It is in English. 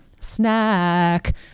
Snack